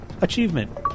Achievement